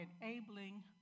enabling